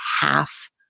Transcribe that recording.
half